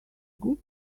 good